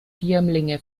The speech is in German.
firmlinge